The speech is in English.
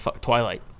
Twilight